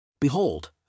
Behold